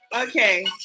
Okay